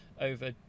over